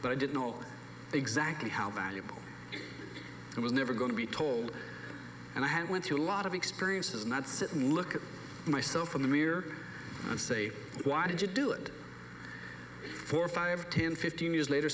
but i didn't know exactly how valuable it was never going to be told and i had went through a lot of experiences not sit and look at myself in the mirror and say why did you do it for five ten fifteen years later